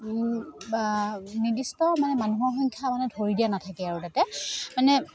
বা নিৰ্দিষ্ট মানে মানুহৰ সংখ্যা মানে ধৰি দিয়া নাথাকে আৰু তাতে মানে